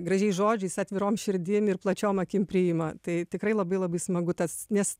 gražiais žodžiais atvirom širdim ir plačiom akim priima tai tikrai labai labai smagu tas nes